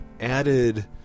added